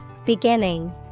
Beginning